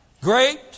Great